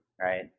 right